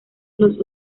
los